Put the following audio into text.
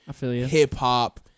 hip-hop